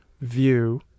view